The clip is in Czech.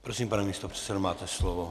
Prosím, pane místopředsedo, máte slovo.